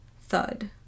thud